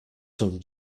some